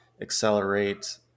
accelerate